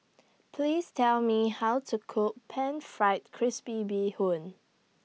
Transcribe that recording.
Please Tell Me How to Cook Pan Fried Crispy Bee Hoon